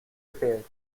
repaired